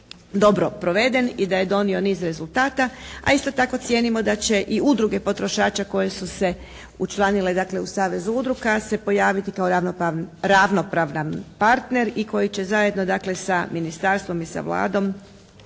dobro proveden i da je donio niz rezultata. A isto tako cijenimo i da će Udruge potrošača koje su se učlanile u Savez udruga se pojaviti kao ravnopravan partner i koji će zajedno dakle sa ministarstvom i sa Vladom